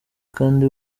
kandi